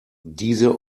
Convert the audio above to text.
diese